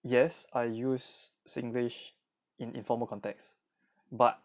yes I use singlish in informal contexts but